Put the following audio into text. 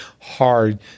hard